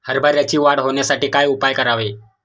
हरभऱ्याची वाढ होण्यासाठी काय उपाय करावे?